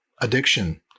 addiction